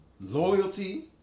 loyalty